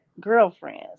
girlfriends